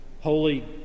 holy